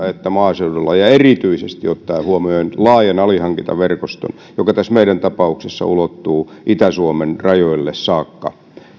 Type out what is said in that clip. että maaseudulla erityisesti ottaen huomioon laajan alihankintaverkoston joka tässä meidän tapauksessamme ulottuu itä suomen rajoille saakka